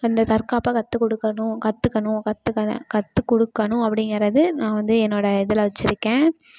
அந்தத் தற்காப்பை கற்றுக் கொடுக்கணும் கற்றுக்கணும் கற்றுக்குவேன் கற்றுக் கொடுக்கணும் அப்படிங்கிறது நான் வந்து என்னோடய இதில் வச்சுருக்கேன்